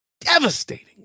devastating